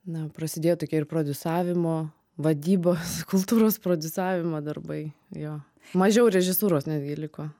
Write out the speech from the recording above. na prasidėjo tokie ir prodiusavimo vadybos kultūros prodiusavimo darbai jo mažiau režisūros netgi liko